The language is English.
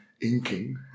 inking